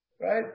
right